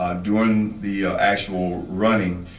um doing the actual running.